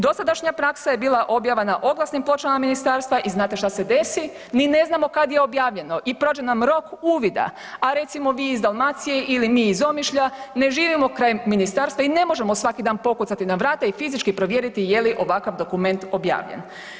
Dosadašnja praksa je bila objava na oglasnim pločama ministarstva i znate šta se desi, ni ne znamo kad je objavljeno i prođe nam rok uvida, a recimo vi iz Dalmacije ili mi iz Omišlja ne živimo kraj ministarstva i ne možemo svaki dan pokucati na vrata i fizički provjeriti je li ovakav dokument objavljen.